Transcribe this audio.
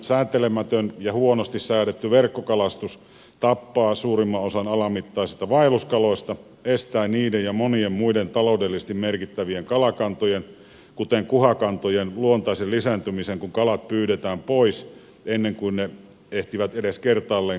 sääntelemätön ja huonosti säädetty verkkokalastus tappaa suurimman osan alamittaisista vaelluskaloista estää niiden ja monien muiden taloudellisesti merkittä vien kalakantojen kuten kuhakantojen luontaisen lisääntymisen kun kalat pyydetään pois ennen kuin ne ehtivät edes kertaalleen lisääntyä